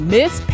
Miss